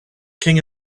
king